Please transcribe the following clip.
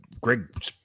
Greg